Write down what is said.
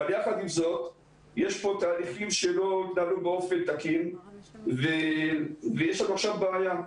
יחד עם זאת יש פה תהליכים שלא התנהלו באופן תקין ויש לנו עכשיו בעיה.